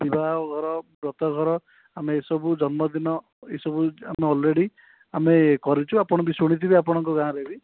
ବିବାହଘର ବ୍ରତଘର ଆମେ ଏସବୁ ଜନ୍ମଦିନ ଏସବୁ ଆମେ ଅଲ୍ରେଡ଼ି ଆମେ କରିଛୁ ଆପଣ ବି ଶୁଣିଥିବେ ଆପଣଙ୍କ ଗାଁରେ ବି